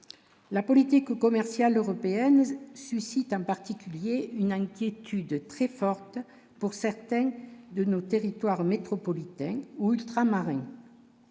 La politique commerciale européenne suscite en particulier une inquiétude très forte pour certains de nos territoire métropolitain ou ultramarin.